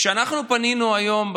כשאנחנו פנינו היום,